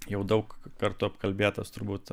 jau daug kartų apkalbėtas turbūt